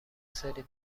سری